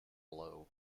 blow